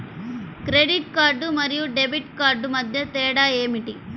Credit card మరియు debit card మధ్య తేడా ఏమిటి?